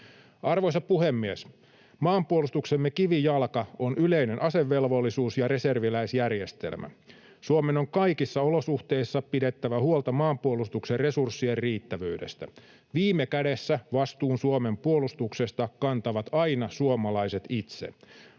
Arvoisa puhemies! Maanpuolustuksemme kivijalka on yleinen asevelvollisuus ja reserviläisjärjestelmä. Suomen on kaikissa olosuhteissa pidettävä huolta maanpuolustuksen resurssien riittävyydestä. Viime kädessä vastuun Suomen puolustuksesta kantavat aina suomalaiset itse.